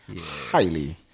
highly